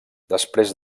després